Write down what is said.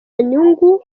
nyungu